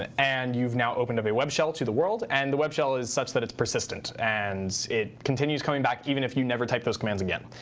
and and you've now opened up a web shell to the world, and the web shell is such that it's persistent and it continues coming back even if you've never typed those commands again.